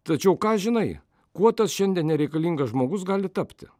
tačiau ką žinai kuo tas šiandien nereikalingas žmogus gali tapti